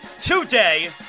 today